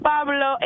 Pablo